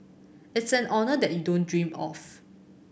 it's an honour that you don't dream of